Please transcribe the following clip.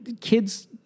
Kids